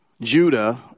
Judah